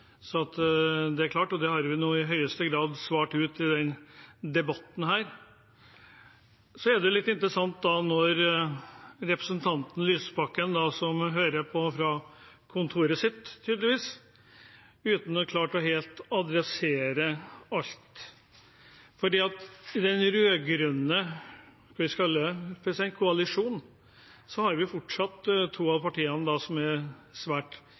og vi har nå i høyeste grad svart i denne debatten. Så er det litt interessant at representanten Lysbakken, som hører på fra kontoret sitt, tydeligvis, ikke helt har klart å adressere alt. I den rød-grønne – skal vi kalle det – koalisjonen er fortsatt to av partiene svært ivrige på samfiske, som også er